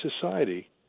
society